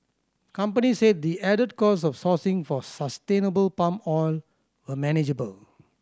companies said the added cost of sourcing for sustainable palm oil were manageable